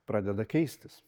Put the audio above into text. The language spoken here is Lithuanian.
pradeda keistis